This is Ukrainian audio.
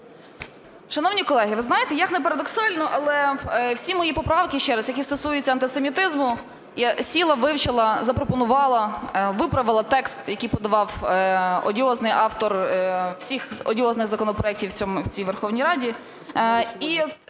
Шановні колеги! Ви знаєте, як не парадоксально, але всі мої поправки ще раз, які стосуються антисемітизму, я сіла, вивчила, запропонувала, виправила текст, який подавав одіозний автор всіх одіозних законопроектів в цій Верховній Раді.